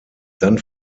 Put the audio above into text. dann